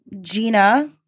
Gina